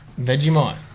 Vegemite